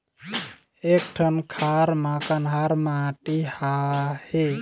एक ठन खार म कन्हार माटी आहे?